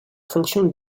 fonction